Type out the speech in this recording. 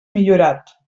millorat